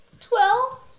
twelve